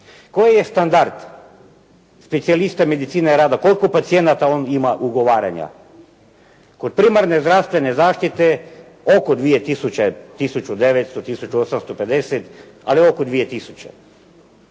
Koji je standard specijalista medicine rada? Koliko pacijenata on ima ugovaranja? Kod primarne zdravstvene zaštite oko dvije tisuće, tisuću 900,